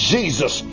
Jesus